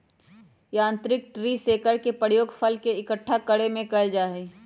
यांत्रिक tree shaker के प्रयोग फल के इक्कठा करे में कइल जाहई